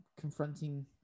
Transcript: Confronting